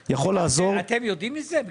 אתם יודעים מזה?